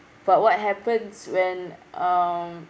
but what happens when um